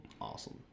awesome